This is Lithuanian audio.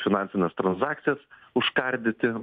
finansines transakcijas užkardyti